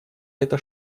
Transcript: это